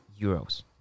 euros